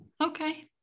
Okay